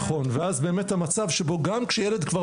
נכון ואז באמת המצב שבו גם כשילד כבר